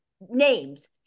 names